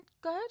good